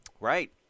Right